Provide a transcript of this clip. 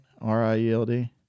R-I-E-L-D